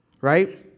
right